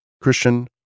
Christian